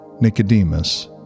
Nicodemus